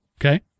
okay